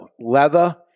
leather